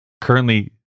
currently